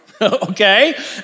Okay